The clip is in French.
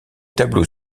tableaux